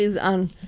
on